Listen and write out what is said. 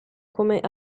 come